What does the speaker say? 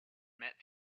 met